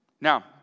Now